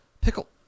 Pickle